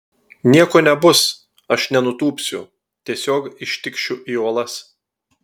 nieko nebus aš nenutūpsiu tiesiog ištikšiu į uolas